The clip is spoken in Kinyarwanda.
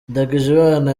ndagijimana